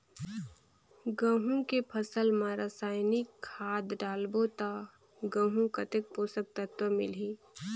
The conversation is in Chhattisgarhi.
गंहू के फसल मा रसायनिक खाद डालबो ता गंहू कतेक पोषक तत्व मिलही?